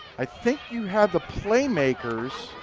i think you have the play makers.